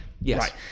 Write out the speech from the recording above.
yes